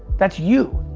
that's you.